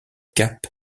cap